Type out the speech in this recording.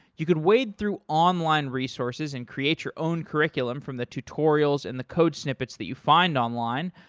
you could wade through online resources and create your own curriculum from the tutorials and the code snippets that you find online,